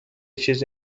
چیز